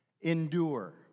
Endure